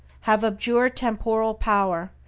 have abjured temporal power,